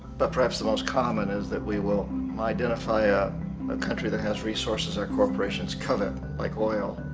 but perhaps the most common is that we will identify ah a country that has resources our corporations covet, like oil,